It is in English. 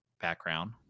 background